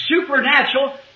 supernatural